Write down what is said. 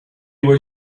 were